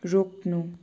रोक्नु